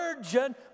virgin